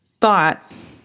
thoughts